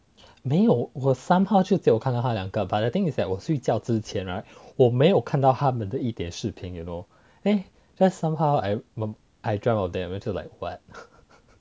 没有我 somehow 只有看到他两个 but the thing is that 我睡觉之前我没有看到他们的一点视频:wo shui jiao zhi qianan wo mei you kan dao ta men de yi dian shi pin you know eh just somehow I dreamt of them 我就 like [what]